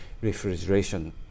refrigeration